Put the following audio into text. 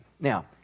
Now